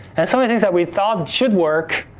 and some of the things that we thought should work,